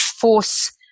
force